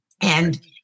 And-